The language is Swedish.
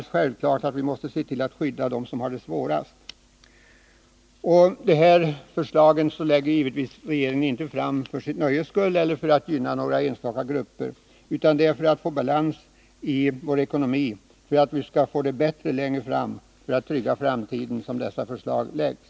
Självfallet måste vi se till att de som har det svårast skyddas. De här förslagen lägger regeringen givetvis inte fram för sitt eget nöjes skull eller för att gynna några enstaka grupper, utan för att vi skall få balans i vår ekonomi, för att vi skall få det bättre längre fram och för att vi skall kunna trygga jobben i framtiden.